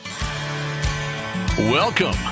Welcome